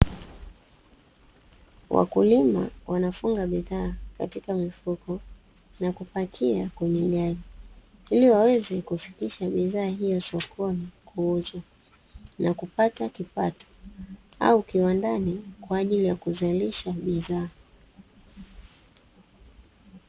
Wakulima wanafunga bidhaa katika mifuko, na kupakia kwenye gari ili waweze kufikisha bidhaa hiyo sokoni kuuzwa na kupata kipato au kiwandani kwa ajili ya kuzalisha bidhaa.